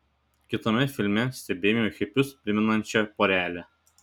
kitame filme stebėjome hipius primenančią porelę